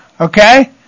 Okay